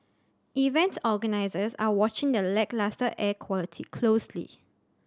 event organisers are watching the lacklustre air quality closely